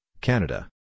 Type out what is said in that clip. Canada